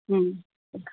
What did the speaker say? ம்